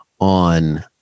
on